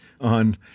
on